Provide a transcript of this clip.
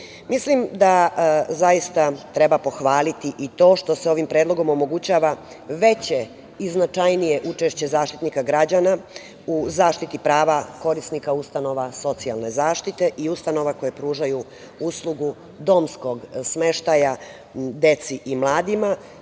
godina. Mislim da zaista treba pohvaliti i to što se ovim predlogom omogućava veće i značajnije učešće Zaštitnika građana, u zaštiti prava korisnika socijalne zaštite i ustanova koje pružaju uslugu domskog smeštaja deci i mladima